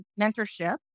mentorship